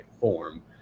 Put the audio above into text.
form